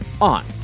on